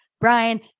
Brian